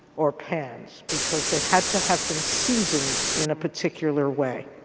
or pans, because they had to have been seasoned in a particular way.